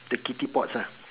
the kitty pots ah